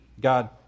God